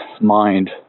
mind